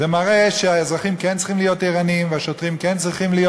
זה מראה שהאזרחים כן צריכים להיות